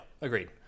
agreed